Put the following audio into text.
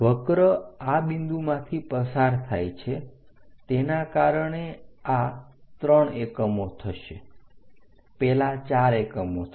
વક્ર આ બિંદુમાંથી પસાર થાય છે તેના કારણે આ ત્રણ એકમો થશે પેલા ચાર એકમો થશે